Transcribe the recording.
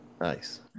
Nice